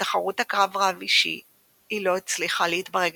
בתחרות הקרב רב אישי היא לא הצליחה להתברג